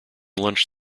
lunch